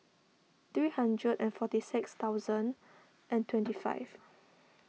three hundred and forty six thousand and twenty five